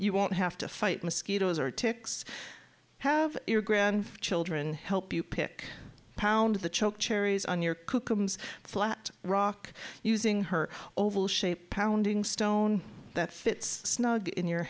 you won't have to fight mosquitoes or ticks have your grand children help you pick pound the choke cherries on your coop comes flat rock using her oval shape pounding stone that fits snug in your